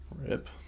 Rip